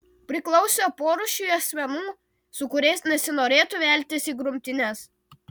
priklausė porūšiui asmenų su kuriais nesinorėtų veltis į grumtynes